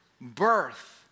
birth